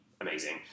amazing